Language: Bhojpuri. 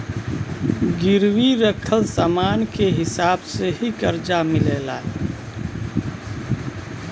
गिरवी रखल समान के हिसाब से ही करजा मिलेला